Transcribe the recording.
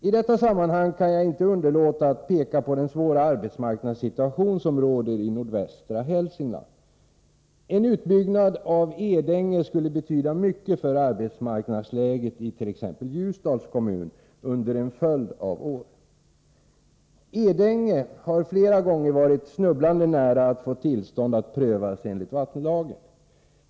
I detta sammanhang kan jag inte underlåta att peka på den svåra arbetsmarknadssituation som råder i nordvästra Hälsingland. En utbyggnad av Edänge kraftverk skulle betyda mycket för arbetsmarknadsläget i t.ex. Ljusdals kommun under en följd av år. Edänge har flera gånger varit snubblande nära att få tillstånd att prövas enligt vattenlagen.